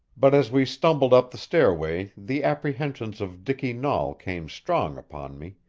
but as we stumbled up the stairway the apprehensions of dicky nahl came strong upon me,